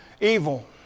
evil